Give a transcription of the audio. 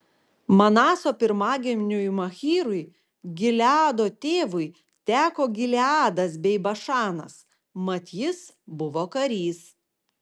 manaso pirmagimiui machyrui gileado tėvui teko gileadas bei bašanas mat jis buvo karys